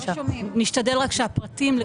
נשתדל שהפרטים יהיו